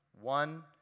one